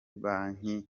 banki